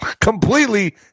Completely